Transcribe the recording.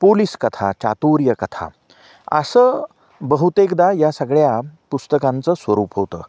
police कथा चातुर्य कथा असं बहुतेकदा या सगळ्या पुस्तकांचं स्वरूप होतं